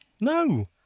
No